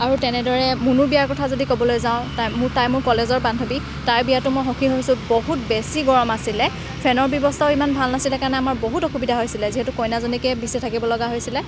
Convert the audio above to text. আৰু তেনেদৰে মুনুৰ বিয়াৰ কথা যদি ক'বলৈ যাওঁ তাই মোৰ কলেজৰ বান্ধৱী তাইৰ বিয়াতো মই সখী হৈছোঁ বহুত বেছি গৰম আছিলে ফেনৰ ব্যৱস্থাও ইমান ভাল নাছিলে কাৰণে আমাৰ বহুত অসুবিধা হৈছিলে যিহেতু কইনাজনীকে বিচি থাকিব লগা হৈছিলে